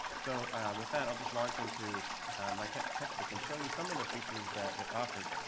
so with that, i'll just launch into my textbook and show you some of the features that it offers.